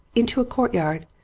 into a courtyard,